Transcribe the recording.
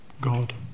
God